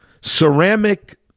ceramic